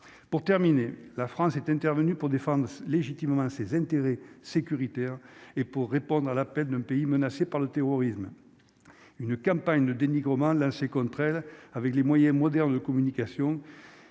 pour terminer, la France est intervenue pour défendre légitimement ses intérêts sécuritaires et pour répondre à l'appel d'un pays menacé par le terrorisme, une campagne de dénigrement lâché contre elle avec les moyens modernes de communication